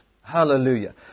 Hallelujah